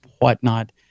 whatnot